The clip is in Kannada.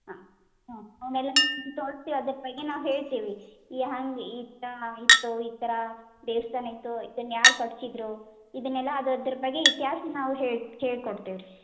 ಹಾಂ ಹ್ಞೂ ನಾವು ಹೇಳ್ತೀವಿ ಹ್ಯಾಂಗ ಈ ಥರ ಆಯಿತು ಈ ಥರ ದೇವಸ್ಥಾನ ಇತ್ತು ಇದನ್ನ ಯಾರು ಕಟ್ಟಿದ್ರು ಇದನ್ನೆಲ್ಲ ಅದು ಅದ್ರ ಬಗ್ಗೆ ಇತಿಹಾಸನ ನಾವು ಹೇಳಿ ಹೇಳ್ಕೊಡ್ತೇವೆ ರೀ